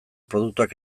produktuak